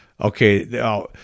Okay